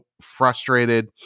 frustrated